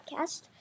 podcast